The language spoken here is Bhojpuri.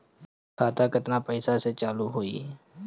खाता केतना पैसा से चालु होई?